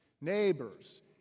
neighbors